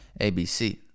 ABC